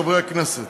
חברי הכנסת,